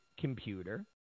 computer